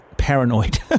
paranoid